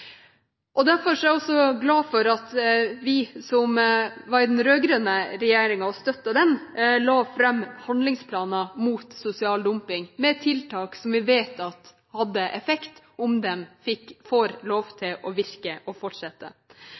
Derfor er jeg også glad for at vi som var i den rød-grønne regjeringen, la fram handlingsplaner mot sosial dumping, med tiltak som vi vet har effekt, dersom de får lov til å virke og